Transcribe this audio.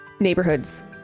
neighborhoods